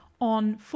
on